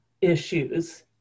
issues